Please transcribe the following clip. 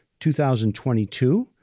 2022